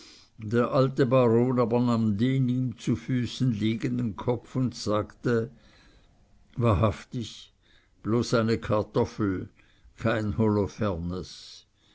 der alte baron aber nahm den ihm zu füßen liegenden kopf auf und sagte wahrhaftig bloß eine kartoffel kein